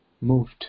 moved